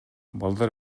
балдар